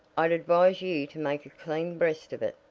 i'd advise you to make a clean breast of it,